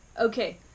okay